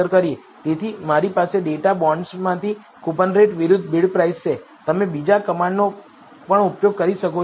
તેથી મારી પાસે ડેટા બોન્ડ્સમાંથી કૂપનરેટ વિરુદ્ધ બિડપ્રાઇસ છે તમે બીજા કમાન્ડનો પણ ઉપયોગ કરી શકો છો